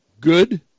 good